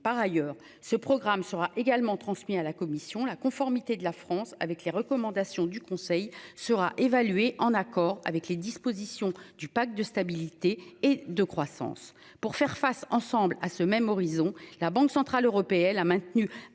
Par ailleurs, ce programme sera également transmis à la commission la conformité de la France avec les recommandations du conseil sera évaluée en accord avec les dispositions du pacte de stabilité et de croissance pour faire face ensemble à ce même horizon. La Banque centrale européenne a maintenu